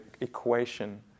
equation